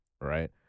right